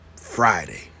Friday